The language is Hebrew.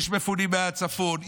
יש מפונים מהצפון,